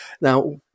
Now